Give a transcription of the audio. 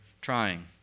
trying